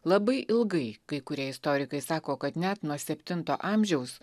labai ilgai kai kurie istorikai sako kad net nuo septinto amžiaus